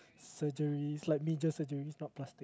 surgeries like major surgeries not plast~